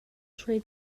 trade